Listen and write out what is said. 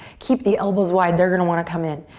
keep the elbows wide, they're gonna wanna come in.